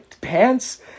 pants